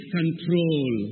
control